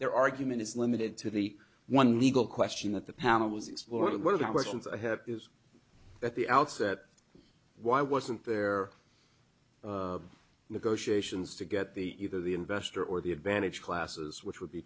their argument is limited to the one legal question that the panel was explored and one of the questions i have is at the outset why wasn't there negotiations to get the either the investor or the advantaged classes which would be